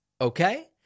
Okay